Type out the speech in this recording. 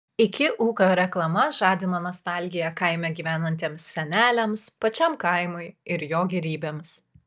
iki ūkio reklama žadino nostalgiją kaime gyvenantiems seneliams pačiam kaimui ir jo gėrybėms